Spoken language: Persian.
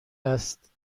است